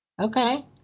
Okay